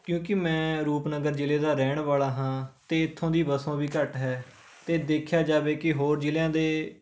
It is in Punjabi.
ਕਿਉਂਕਿ ਮੈਂ ਰੂਪਨਗਰ ਜ਼ਿਲ੍ਹੇ ਦਾ ਰਹਿਣ ਵਾਲਾ ਹਾਂ ਅਤੇ ਇੱਥੋਂ ਦੀ ਵਸੋਂ ਵੀ ਘੱਟ ਹੈ ਅਤੇ ਦੇਖਿਆ ਜਾਵੇ ਕਿ ਹੋਰ ਜ਼ਿਲ੍ਹਿਆਂ ਦੇ